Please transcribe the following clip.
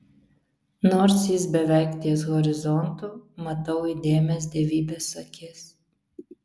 nors jis beveik ties horizontu matau įdėmias dievybės akis